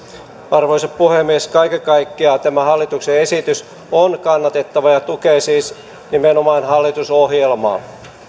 arvoisa puhemies kaiken kaikkiaan tämä hallituksen esitys on kannatettava ja tukee siis nimenomaan hallitusohjelmaa